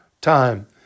time